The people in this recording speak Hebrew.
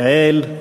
יעל,